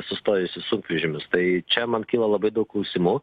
sustojusi sunkvežimius tai čia man kyla labai daug klausimų